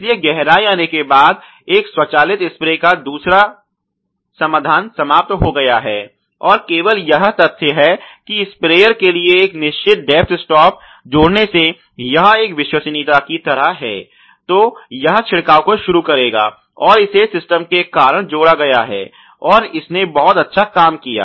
इसलिए गहराई आने के बाद एक स्वचालित स्प्रे का दूसरा समाधान समाप्त हो गया है और केवल यह तथ्य है कि स्प्रेयर के लिए एक निश्चित डेप्थ स्टॉप जोड़ने से यह एक विश्वसनीयता की तरह है तो यह छिड़काव को शुरू करेगा और इसे सिस्टम के कारण जोड़ा गया है और इसने बहुत अच्छा काम किया